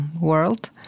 world